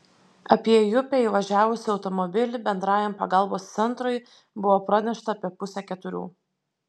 apie į upę įvažiavusį automobilį bendrajam pagalbos centrui buvo pranešta apie pusę keturių